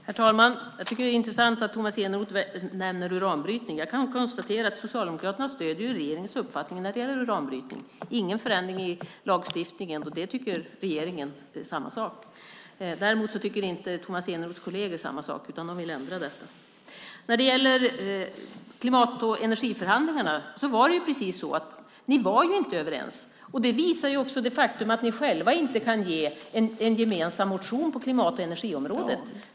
Herr talman! Jag tycker att det är intressant att Tomas Eneroth nämner uranbrytning. Jag kan konstatera att Socialdemokraterna stöder regeringens uppfattning när det gäller uranbrytning - ingen förändring i lagstiftningen. Där tycker regeringen samma sak. Däremot tycker inte Tomas Eneroths kolleger samma sak, utan de vill ändra det här. När det gäller klimat och energiförhandlingarna var det precis så att ni inte var överens. Det visar också det faktum att ni själva inte kan avge en gemensam motion på klimat och energiområdet.